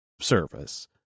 service